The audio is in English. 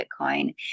bitcoin